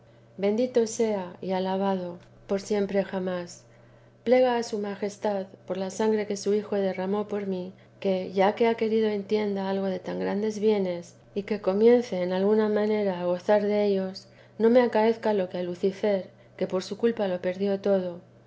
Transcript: bendito sea y alabado por siempre jamás plega a su majestad por la sangre que su hijo derramó por mí que ya que ha querido entienda algo de tan grandes bienes y que comience en alguna manera a gozar dellos no me acaezca lo que a lucifer que por su culpa lo perdió todo